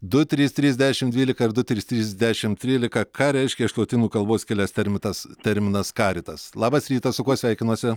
du trys trys dešim dvylika ir du trys trys dešim trylika ką reiškia iš lotynų kalbos kilęs termitas terminas caritas labas rytas su kuo sveikinuosi